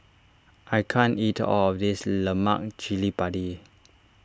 I can't eat all of this Lemak Cili Padi